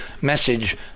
message